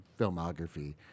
filmography